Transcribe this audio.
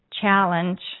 challenge